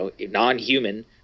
non-human